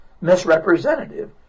misrepresentative